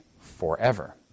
forever